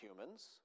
humans